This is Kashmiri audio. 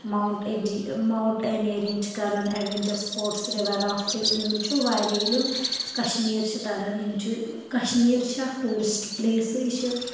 مونٛٹ ماونٹینرنگ چھِ کَران ایڈوٮ۪نچر سٔپورٹس رِور رافٹنٛگ یِمن چھُ واریاہ ییٚلہِ یِم کٔشمیٖر چھِ تران یِم چھِ کشمیٖر چھےٚ اکھ ٹوٗرِسٹ پِلیسے یہِ چھِ